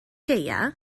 gaeaf